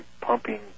pumping